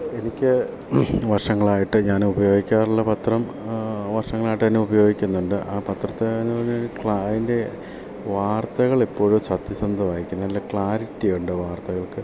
എനിക്ക് വർഷങ്ങളായിട്ട് ഞാനുപയോഗിക്കാറുള്ള പത്രം വർഷങ്ങളായിട്ട് തന്നെ ഉപയോഗിക്കുന്നുണ്ട് ആ പത്രത്തെ എന്ന് പറഞ്ഞാൽ ക്ലായിൻ്റെ വാർത്തകൾ ഇപ്പോഴും സത്യസന്ധമായിരിക്കും നല്ല ക്ലാരിറ്റിയുണ്ട് വാർത്തകൾക്ക്